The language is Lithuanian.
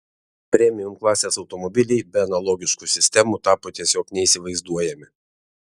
premium klasės automobiliai be analogiškų sistemų tapo tiesiog neįsivaizduojami